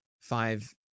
five